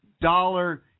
Dollar